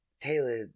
Taylor